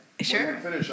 Sure